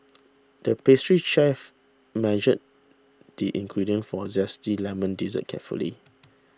the pastry chef measured the ingredients for a Zesty Lemon Dessert carefully